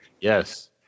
Yes